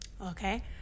Okay